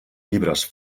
llibres